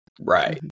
Right